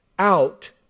out